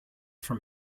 from